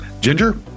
Ginger